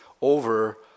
over